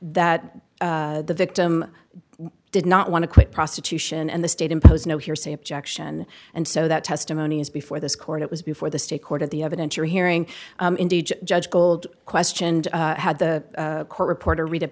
that the victim did not want to quit prostitution and the state imposed no hearsay objection and so that testimony is before this court it was before the state court of the evidence you're hearing judge told questioned had the court reporter read it